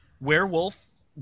werewolf